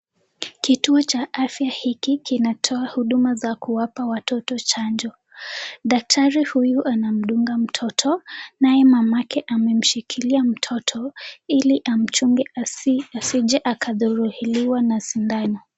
Kituo cha afya hiki kinatoa huduma za kuwapa watoto chanjo. Daktari huyu anamdunga mtoto naye mamake amemshikilia mtoto ili amchunge asije akadhuruiliwa na sindano.